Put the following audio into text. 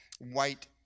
white